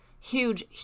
Huge